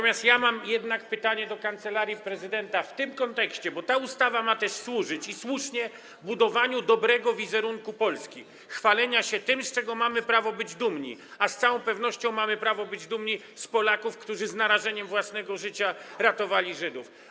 Mam jednak pytanie do kancelarii prezydenta w tym kontekście, bo ta ustawa ma też służyć, i słusznie, budowaniu dobrego wizerunku Polski, chwaleniu się tym, z czego mamy prawo być dumni, a z całą pewnością mamy prawo być dumni z Polaków, którzy z narażeniem własnego życia ratowali Żydów.